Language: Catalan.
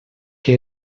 que